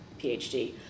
PhD